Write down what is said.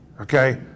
okay